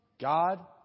God